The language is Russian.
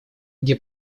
где